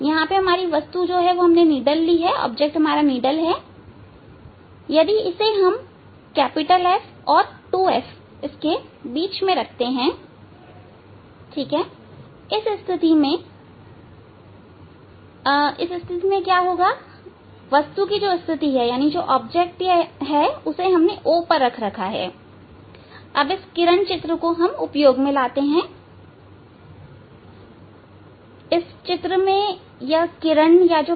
यहां वस्तु सुई है यदि हम इसे F और 2F दूरी के बीच में रखते हैं तब इस स्थिति में वस्तु की स्थिति O पर हैअब किरण चित्र को उपयोग में लेंगे